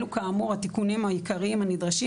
אלו כאמור התיקונים העיקריים הנדרשים.